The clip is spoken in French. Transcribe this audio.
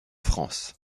france